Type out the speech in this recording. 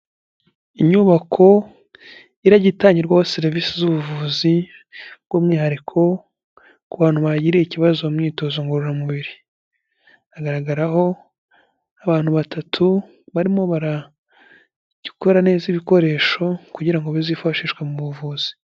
Inyubako irajya itangirwaho serivisi z'ubuvuzi bw'umwihariko ku bantu bagiriye ikibazo mu myitozo ngororamubiri, hagaragaraho abantu batatu barimo barakora neza ibikoresho kugira ngo bizifashishwe mu buvuzi.